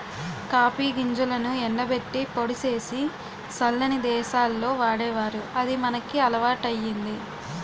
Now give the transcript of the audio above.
copy గింజలను ఎండబెట్టి పొడి సేసి సల్లని దేశాల్లో వాడేవారు అది మనకి అలవాటయ్యింది